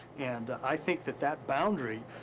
and i think that that boundary,